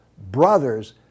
brothers